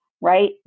right